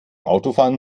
autofahren